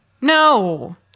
No